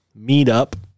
meetup